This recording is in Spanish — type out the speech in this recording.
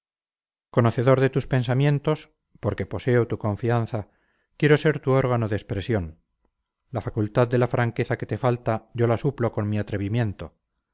conocedor de tus pensamientos porque poseo tu confianza quiero ser tu órgano de expresión la facultad de la franqueza que te falta yo la suplo con mi atrevimiento